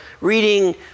reading